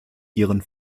ihren